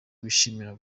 wishimira